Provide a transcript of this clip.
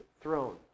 throne